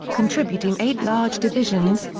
contributing eight large divisions,